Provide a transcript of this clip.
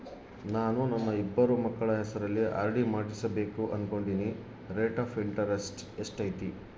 ನಾನು ನನ್ನ ಇಬ್ಬರು ಮಕ್ಕಳ ಹೆಸರಲ್ಲಿ ಆರ್.ಡಿ ಮಾಡಿಸಬೇಕು ಅನುಕೊಂಡಿನಿ ರೇಟ್ ಆಫ್ ಇಂಟರೆಸ್ಟ್ ಎಷ್ಟೈತಿ?